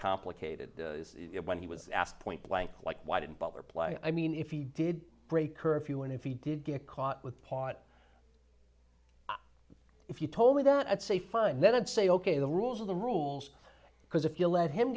complicated when he was asked point blank like why didn't but reply i mean if he did break curfew and if he did get caught with pot if you told me that i'd say fine then i'd say ok the rules are the rules because if you let him